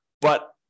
but-